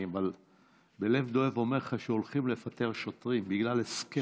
אבל בלב דואב אומר לך שהולכים לפטר שוטרים בגלל הסכם,